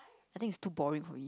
I think it's too boring for me